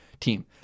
team